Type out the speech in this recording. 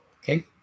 okay